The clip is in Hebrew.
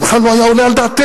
זה בכלל לא היה עולה על דעתנו.